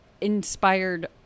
inspired